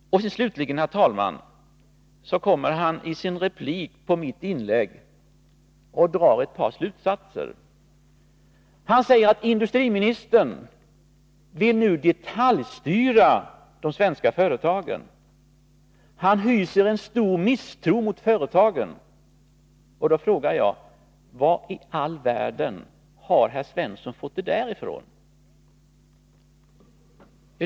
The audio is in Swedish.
Slutligen, herr talman, kommer herr Svensson i sin replik på mitt inlägg med ett par slutsatser. Han säger att industriministern nu vill detaljstyra de svenska företagen — han hyser en stor misstro mot företagen. Då frågar jag: Var i all världen har herr Svensson fått det där ifrån?